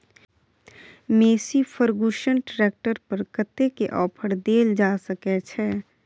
Massey Ferguson tractor पर कतेक के ऑफर देल जा सकै छै?